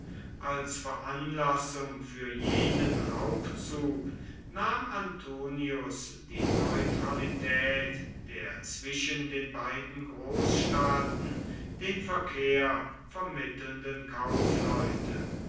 als veranlassung für jenen raubzug nahm antonius die neutralität der zwischen den beiden großstaaten den verkehr vermittelnden kaufleute